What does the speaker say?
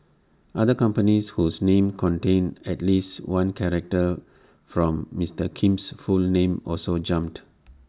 other companies whose names contained at least one character from Mister Kim's full name also jumped